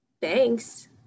thanks